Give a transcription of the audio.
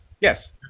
yes